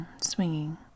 swinging